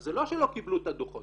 זה לא שלא קיבלו את הדוחות,